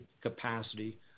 capacity